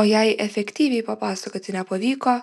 o jei efektyviai papasakoti nepavyko